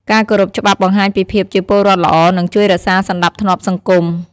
ការគោរពច្បាប់បង្ហាញពីភាពជាពលរដ្ឋល្អ និងជួយរក្សាសណ្តាប់ធ្នាប់សង្គម។